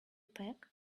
pack